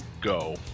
go